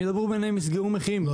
הם ידברו ביניהם ויסגרו מחירים,